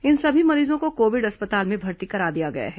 इन सभी मरीजों को कोविड अस्पताल में भर्ती करा दिया गया है